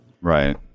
Right